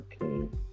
okay